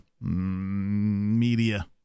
media